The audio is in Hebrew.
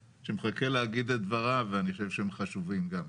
שמחכה להגיד את דבריו ואני חושב שהם חשובים גם.